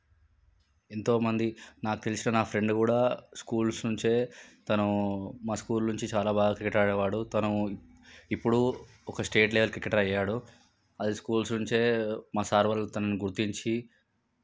ఎంతో మంది నాకు తెలిసిన నా ఫ్రెండ్ కూడా స్కూల్స్ నుంచే తను మా స్కూల్ నుంచి చాలా బాగా క్రికెట్ ఆడే వాడు తను ఇప్పుడు ఒక స్టేట్ లెవెల్ క్రికెటర్ అయ్యాడు అది స్కూల్స్ నుంచే మా సార్ వాళ్ళు తనను గుర్తించి